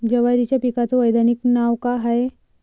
जवारीच्या पिकाचं वैधानिक नाव का हाये?